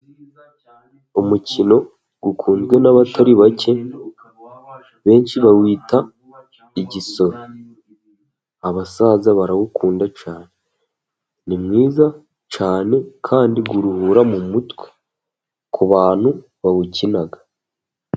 Umukino ukunzwe n'abatari bake, benshi bawita igisoro abasaza barawukunda cyane, ni mwiza cyane kandi uruhura mu mutwe ku bantu bawukina.